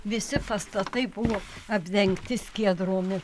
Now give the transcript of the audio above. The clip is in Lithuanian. visi pastatai buvo apdengti skiedromi